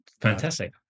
Fantastic